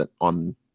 on